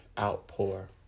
outpour